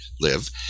live